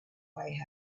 way